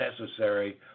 necessary